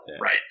right